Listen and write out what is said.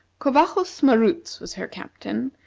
covajos maroots was her captain,